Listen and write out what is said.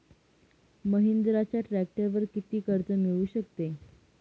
महिंद्राच्या ट्रॅक्टरवर किती कर्ज मिळू शकते?